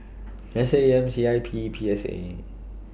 S A M C I P P S A